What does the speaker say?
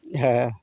होह